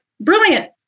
brilliant